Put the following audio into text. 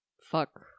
fuck